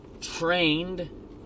trained